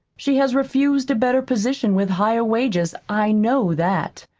she has refused a better position with higher wages i know that.